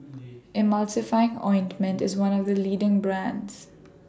Emulsying Ointment IS one of The leading brands